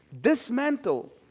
dismantle